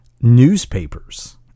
newspapers